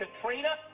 Katrina